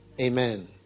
amen